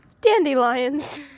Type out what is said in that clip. Dandelions